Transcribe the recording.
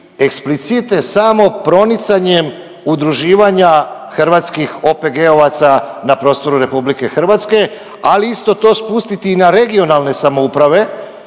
eksplicite samo pronicanjem udruživanja hrvatskih OPG-ovaca na prostoru RH, ali isto to i spustiti na regionalne samouprave